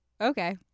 Okay